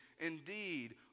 indeed